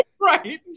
Right